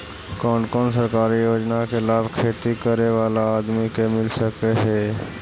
कोन कोन सरकारी योजना के लाभ खेती करे बाला आदमी के मिल सके हे?